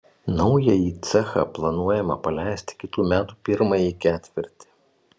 naująjį cechą planuojama paleisti kitų metų pirmąjį ketvirtį